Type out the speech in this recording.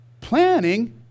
Planning